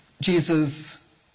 Jesus